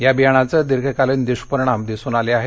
या बियाणाचे दीर्घकालीन दष्परिणाम दिसुन आले आहेत